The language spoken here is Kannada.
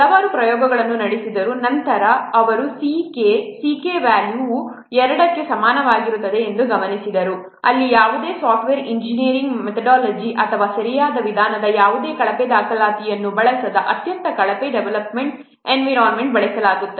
ಹಲವಾರು ಪ್ರಯೋಗಗಳನ್ನು ನಡೆಸಿದ ನಂತರ ಅವರು C k C k ವ್ಯಾಲ್ಯೂವು 2 ಕ್ಕೆ ಸಮನಾಗಿರುತ್ತದೆ ಎಂದು ಗಮನಿಸಿದರು ಅಲ್ಲಿ ಯಾವುದೇ ಸಾಫ್ಟ್ವೇರ್ ಇಂಜಿನಿಯರಿಂಗ್ ಮೇಥೆಡೊಲಜಿ ಅಥವಾ ಸರಿಯಾದ ವಿಧಾನದ ಯಾವುದೇ ಕಳಪೆ ದಾಖಲಾತಿಯನ್ನು ಬಳಸದ ಅತ್ಯಂತ ಕಳಪೆ ಡೆವಲಪ್ಮೆಂಟ್ ಎನ್ವಿರಾನ್ಮೆಂಟ್ಗೆ ಬಳಸಲಾಗುತ್ತದೆ